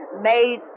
made